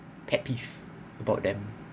pet peeve about them